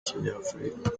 kinyafurika